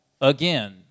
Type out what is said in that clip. again